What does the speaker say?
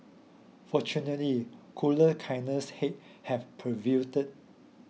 fortunately cooler kinders head have prevailed